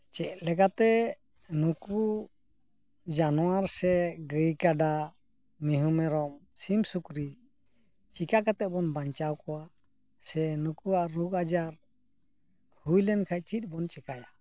ᱪᱮᱫ ᱞᱮᱠᱟᱛᱮ ᱱᱩᱠᱩ ᱡᱟᱱᱣᱟᱨ ᱥᱮ ᱜᱟᱹᱭ ᱠᱟᱰᱟ ᱢᱤᱦᱩᱸ ᱢᱮᱨᱚᱢ ᱥᱤᱢ ᱥᱩᱠᱨᱤ ᱪᱤᱠᱟᱹ ᱠᱟᱛᱮ ᱵᱚᱱ ᱵᱟᱧᱪᱟᱣ ᱠᱚᱣᱟ ᱥᱮ ᱱᱩᱠᱩᱣᱟᱜ ᱨᱳᱜᱽ ᱟᱡᱟᱨ ᱦᱩᱭ ᱞᱮᱱᱠᱷᱟᱱ ᱪᱮᱫ ᱵᱚᱱ ᱪᱤᱠᱟᱹᱭᱟ